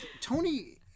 Tony